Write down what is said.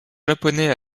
japonais